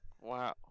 wow